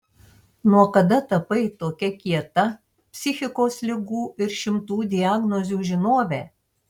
nuo kada tapai tokia kieta psichikos ligų ir šimtų diagnozių žinove